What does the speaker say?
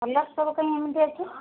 colour ସବୁ କାହିଁ ଏମିତି ଅଛି